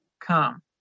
come